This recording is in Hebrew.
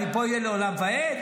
אני אהיה פה לעולם ועד?